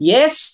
Yes